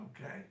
Okay